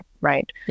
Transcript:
right